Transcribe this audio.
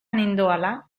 nindoala